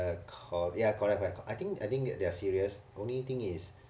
uh cor~ ya correct correct I think I think they are serious only thing is